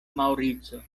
maŭrico